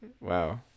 Wow